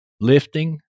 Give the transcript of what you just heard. lifting